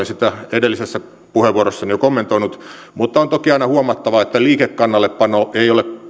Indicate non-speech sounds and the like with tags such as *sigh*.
*unintelligible* sitä edellisessä puheenvuorossani jo kommentoinut mutta on toki aina huomattava että liikekannallepano ei ole